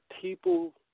people